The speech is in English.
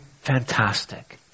fantastic